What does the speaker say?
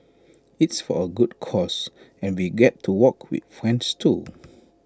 it's for A good cause and we get to walk with friends too